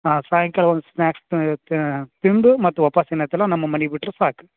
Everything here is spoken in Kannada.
ಹಾಂ ಸಾಯಂಕಾಲ ಒಂದು ಸ್ನ್ಯಾಕ್ಸ್ ತಿಂದು ಮತ್ತು ವಾಪಾಸ್ ಏನಾಯಿತಲ್ಲ ನಮ್ಮ ಮನಿಗೆ ಬಿಟ್ರೆ ಸಾಕು